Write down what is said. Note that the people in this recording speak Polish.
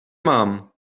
mam